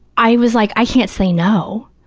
i was like, i can't say no,